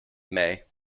may